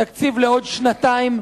תקציב לעוד שנתיים,